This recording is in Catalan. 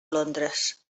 londres